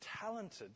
talented